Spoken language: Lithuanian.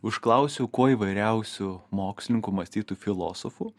užklausiau kuo įvairiausių mokslininkų mąstytojų filosofų